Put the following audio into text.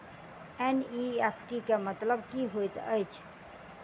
NEFT केँ मतलब की होइत अछि?